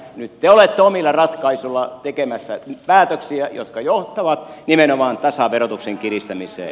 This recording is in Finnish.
nyt te olette omilla ratkaisuillanne tekemässä päätöksiä jotka johtavat nimenomaan tasaverotuksen kiristämiseen